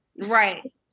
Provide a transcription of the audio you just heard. Right